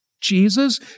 Jesus